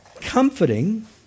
Comforting